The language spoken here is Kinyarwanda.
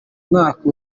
mwaka